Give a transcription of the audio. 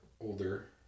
older